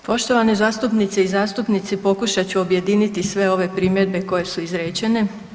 Poštovane zastupnice i zastupnici pokušat ću objediniti sve ove primjedbe koje su izrečene.